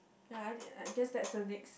yea I I guess that's the next